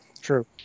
True